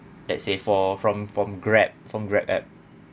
let's say for from from grab from grab app